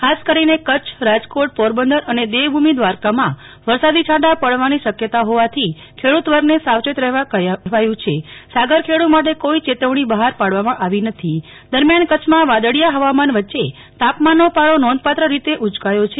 ખાસ કરીને કચ્છ રાજકોટ પોરબંદર અને દેવભૂમિ દ્વારકામાં વરસાદી છાંટા પાડવાની શક્યતા હોવાથી ખેડૂત વર્ગને સાવચેત રહેવા કહેવાયું છે સાગર ખેડું માટે કોઈ ચેતવણી બહાર પાડવામાં આવી નથી દરમ્યાન કરછમાં વાદળીયા ફવામાન વચ્ચે તીપમાંની ની પારો નોધપાત્ર રીતે ઉચકાયો છે